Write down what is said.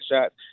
shots